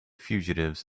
fugitives